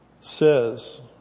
says